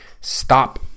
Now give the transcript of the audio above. stop